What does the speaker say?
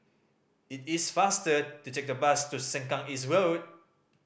it is faster to take the bus to Sengkang East Road